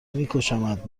میکشمت